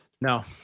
No